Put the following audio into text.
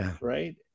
right